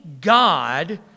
God